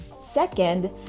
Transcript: Second